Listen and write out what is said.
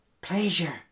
pleasure